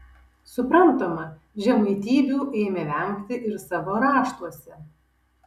suprantama žemaitybių ėmė vengti ir savo raštuose